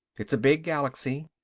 it's a big galaxy,